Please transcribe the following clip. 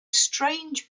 strange